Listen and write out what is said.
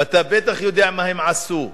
ואתה בטח יודע מה הם עשו,